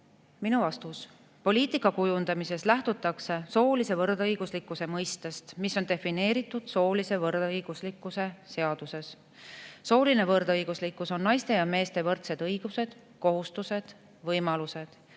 Minu vastus. Poliitika kujundamises lähtutakse soolise võrdõiguslikkuse mõistest, mis on defineeritud soolise võrdõiguslikkuse seaduses. Sooline võrdõiguslikkus on naiste ja meeste võrdsed õigused, kohustused, võimalused